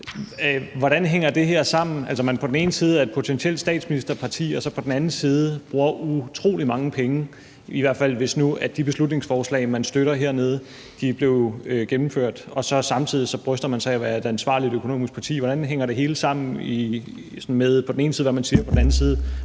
Hvordan hænger det sammen, altså at man på den ene side er et potentielt statsministerparti og på den anden side bruger utrolig mange penge, i hvert fald hvis de beslutningsforslag, man støtter hernede, blev gennemført, og samtidig bryster man sig så af at være et økonomisk ansvarligt parti? Hvordan hænger det hele sammen med på den ene side, hvad man siger, og på den anden side,